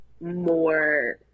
more